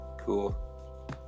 Cool